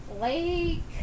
Lake